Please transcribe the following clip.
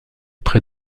près